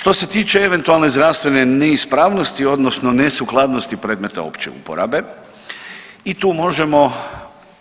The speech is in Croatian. Što se tiče eventualne zdravstvene neispravnosti odnosno nesukladnosti predmeta opće uporabe, i tu možemo